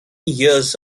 years